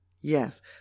Yes